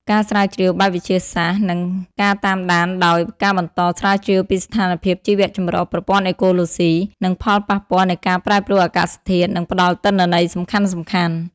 ការស្រាវជ្រាវបែបវិទ្យាសាស្ត្រ និងការតាមដានដោយ ការបន្តស្រាវជ្រាវពីស្ថានភាពជីវៈចម្រុះ ប្រព័ន្ធអេកូឡូស៊ី និងផលប៉ះពាល់នៃការប្រែប្រួលអាកាសធាតុ នឹងផ្តល់ទិន្នន័យសំខាន់ៗ។